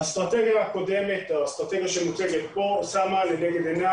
האסטרטגיה הקודמת שמוצגת פה שמה לנגד עיניה